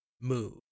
move